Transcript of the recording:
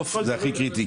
בסוף זה הכי קריטי.